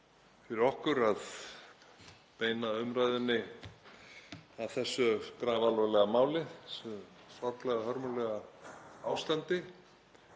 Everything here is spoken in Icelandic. fyrir okkur að beina umræðunni að þessu grafalvarlega máli, þessu sorglega, hörmulega ástandi.